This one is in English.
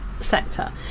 sector